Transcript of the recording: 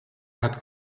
had